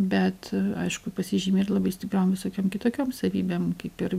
bet aišku pasižymi ir labai stipriom visokiom kitokiom savybėm kaip ir